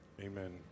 Amen